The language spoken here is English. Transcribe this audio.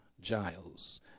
Giles